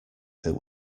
that